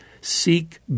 Seek